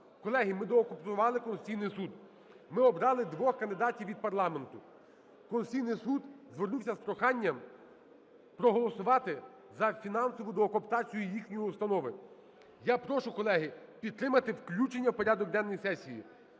Колеги, ми доукомплектували Конституційний Суд, ми обрали двох кандидатів від парламенту. Конституційний Суд звернувся з проханням проголосувати за фінансову доукомплектацію їхньої установи. Я прошу, колеги, підтримати включення в порядок денний сесії.